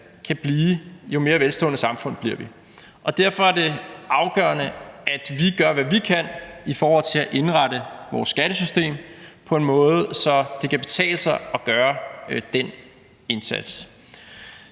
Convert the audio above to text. kan blive, jo mere velstående bliver vores samfund. Og derfor er det afgørende, at vi gør, hvad vi kan, i forhold til at indrette vores skattesystem på en måde, så det kan betale sig at gøre den indsats.